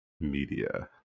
media